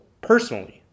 Personally